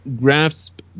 grasp